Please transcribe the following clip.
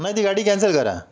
नाही ती गाडी कॅन्सल करा